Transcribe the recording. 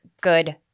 good